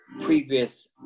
previous